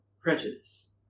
prejudice